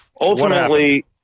Ultimately